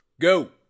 Go